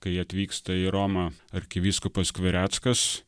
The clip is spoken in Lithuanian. kai atvyksta į romą arkivyskupas skvireckas